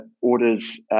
orders